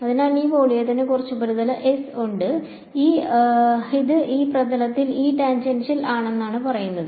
അതിനാൽ ഈ വോള്യത്തിന് കുറച്ച് ഉപരിതല എസ് ഉണ്ട് ഇത് ഈ പ്രതലത്തിൽ E tangential ആണെന്നാണ് പറയുന്നത്